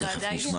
תכף נשמע